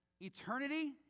eternity